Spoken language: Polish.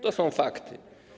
To są fakty.